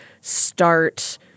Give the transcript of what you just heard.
start